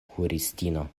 kuiristino